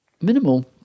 minimal